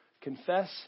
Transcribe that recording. Confess